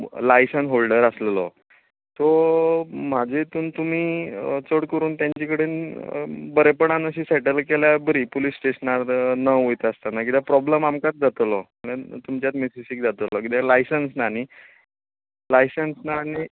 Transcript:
license holder आसलेलो तो म्हाज्या हितून तुमी चड करून तेंचे कडेन बरेपणान अशे सेटल केल्यार बरी पुलीस स्टेशनार न वयता आसतना किद्या प्रोबलेम आमकां जातलो मिसेसीक जातलो किद्या लायसन ना न्ही लायसन ना आनी